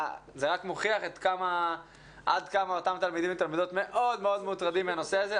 זה רק מוכיח עד כמה אותם תלמידים ותלמידים מאוד מוטרדים מהנושא הזה,